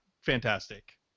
fantastic